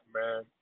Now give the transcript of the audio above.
man